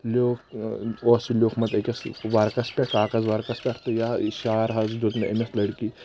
لیوٗکھ اوس یہِ لیوٗکھمُت أکٕس ورقس پٮ۪ٹھ کاغز ورقس پٮ۪ٹھ تہٕ یہِ حظ یہِ شعار حظ دیُت مےٚ أمِس لڑکی